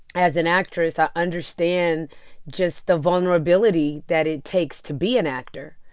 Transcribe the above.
as an actress, i understand just the vulnerability that it takes to be an actor.